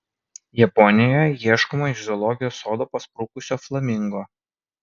japonijoje ieškoma iš zoologijos sodo pasprukusio flamingo